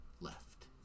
left